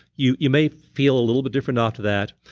you you may feel a little bit different after that.